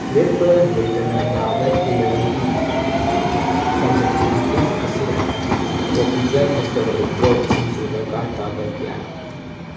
ꯂꯦꯞꯄ ꯂꯩꯇꯅ ꯅꯥꯕ ꯑꯦꯂꯔꯤꯒꯤ ꯀꯟꯖꯛꯇꯤꯕꯤꯇꯤꯁ ꯑꯁꯤꯅ ꯇ꯭ꯔꯣꯄꯤꯀꯦꯜ ꯑꯦꯁꯇꯦꯔꯣꯏꯗ ꯗ꯭ꯔꯣꯞꯁꯤꯡꯁꯨ ꯗꯔꯀꯥꯔ ꯇꯥꯕ ꯌꯥꯏ